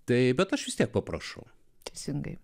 taip bet aš vis tiek paprašau teisingai